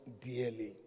dearly